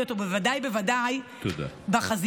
ובוודאי בוודאי בחזית.